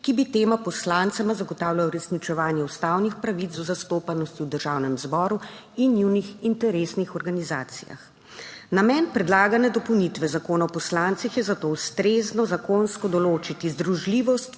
ki bi tema poslancema zagotavljal uresničevanje ustavnih pravic do zastopanosti v Državnem zboru in njunih interesnih organizacijah. Namen predlagane dopolnitve Zakona o poslancih je zato ustrezno zakonsko določiti združljivost